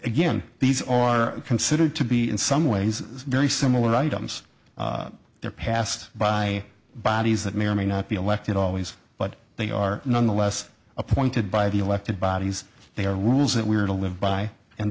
again these are considered to be in some ways very similar items they're passed by bodies that may or may not be elected always but they are nonetheless appointed by the elected bodies they are rules that we are to live by and